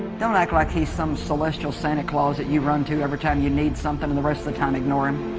don't act like like he's some celestial santa claus that you run to every time you need something in the rest of the time ignore him